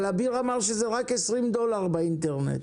אבל אביר אמר שזה רק 20 דולר באינטרנט.